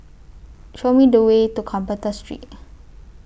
Show Me The Way to Carpenter Street